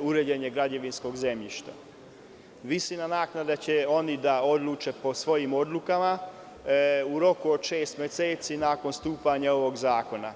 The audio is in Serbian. uređenje građevinskog zemljišta, visinu naknade će oni da odluče po svojim odlukama u roku od šest meseci nakon stupanja ovog zakona.